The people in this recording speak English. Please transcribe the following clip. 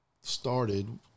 started